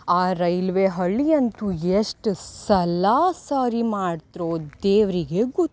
ಆ ರೈಲ್ವೆ ಹಳಿ ಅಂತೂ ಎಷ್ಟು ಸಲ ಸರಿ ಮಾಡ್ತಾರೋ ದೇವರಿಗೆ ಗೊತ್ತು